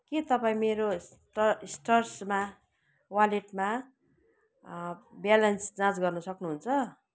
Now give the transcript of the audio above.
के तपाईँ मेरो सिट्रसमा वालेटमा ब्यालेन्स जाँच गर्न सक्नुहुन्छ